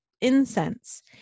incense